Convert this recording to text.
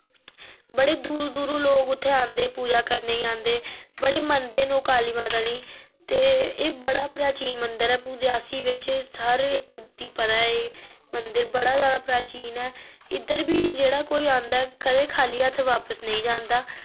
बड़े दूरो दूरो लोक उत्थै आंदे पूजा करने ई आंदे बड़े मनदे न ओह् काली माता गी ते एह् बड़ा प्राचीन मंदर ऐ पूरे रियासी बिच सारे इक गी पता ऐ एह् मंदिर बड़ा ज्यादा प्राचीन ऐ इद्धर जेह्ड़ा कोई आंदा ऐ कदे खाली हत्थ वापिस नेईं जंदा